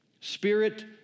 Spirit